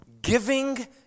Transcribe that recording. Giving